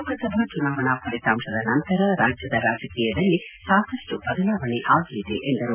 ಲೋಕಸಭಾ ಚುನಾವಣಾ ಫಲಿತಾಂಶದ ನಂತರ ರಾಜ್ಯದ ರಾಜಕೀಯದಲ್ಲಿ ಸಾಕಷ್ಟು ಬದಲಾವಣೆ ಆಗಲಿದೆ ಎಂದರು